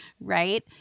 right